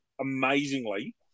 amazingly